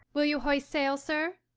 will you hoist sail, sir?